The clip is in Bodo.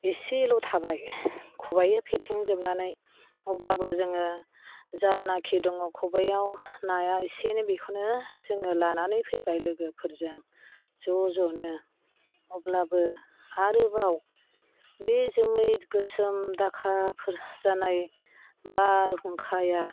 एसेल' थाबाय खबाय फेथें जोबनानै अब्लाबो जोङो जानाखि दङ खबायाव नाया एसेनो बेखौनो जोङो लानानै फैबाय लोगोफोरजों ज' ज'नो अब्लाबो आरोबाव बे जोमै गोसोम दाखा फोर जानाय बारहुंखाया